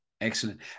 Excellent